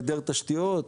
העדר תשתיות,